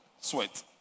sweat